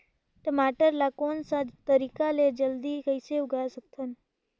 टमाटर ला कोन सा तरीका ले जल्दी कइसे उगाय सकथन?